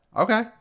Okay